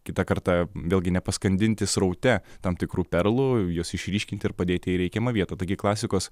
kitą kartą vėlgi nepaskandinti sraute tam tikrų perlų jas išryškinti ir padėti į reikiamą vietą taigi klasikos